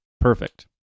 Perfect